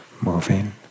moving